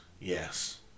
Yes